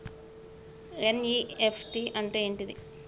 NEFT అంటే ఏంటిది?